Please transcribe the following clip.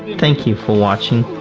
thank you for watching,